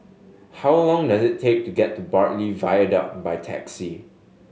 how long does it take to get to Bartley Viaduct by taxi